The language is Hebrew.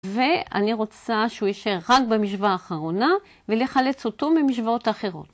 ואני רוצה שהוא יישאר רק במשוואה האחרונה, ולחלץ אותו ממשוואות אחרות.